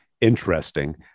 interesting